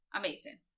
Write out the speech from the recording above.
amazing